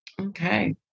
Okay